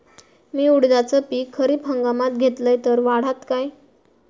मी उडीदाचा पीक खरीप हंगामात घेतलय तर वाढात काय?